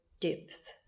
depth